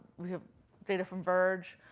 we have data from verge.